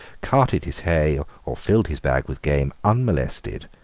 carted his hay or filled his bag with game unmolested,